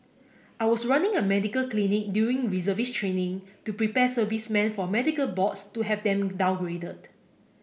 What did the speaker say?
I was running a medical clinic during reservist training to prepare servicemen for medical boards to have them downgraded